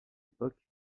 époque